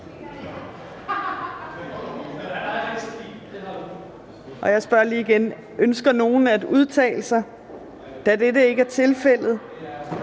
Jeg spørger lige igen: Ønsker nogen at udtale sig? Da det ikke er tilfældet,